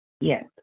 Yes